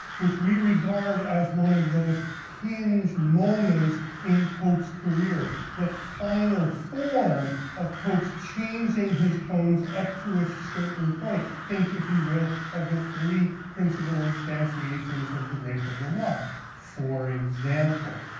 which we regard as one of those hinge moments in pope's career. the final form of pope's changing his poems up to a certain point. think, if you will, of the three principle instantiations of the rape of the lock, for example.